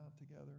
together